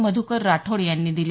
मधूकर राठोड यांनी दिली